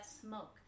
smoke